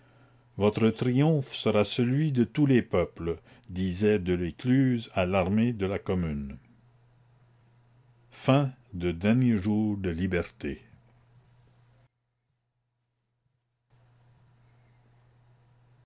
votre triomphe sera celui de tous les peuples disait delescluze à l'armée de la commune